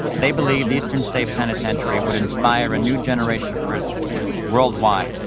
they believed eastern state penitentiary would inspire a new generation of prisons worldwide,